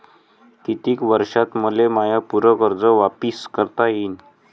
कितीक वर्षात मले माय पूर कर्ज वापिस करता येईन?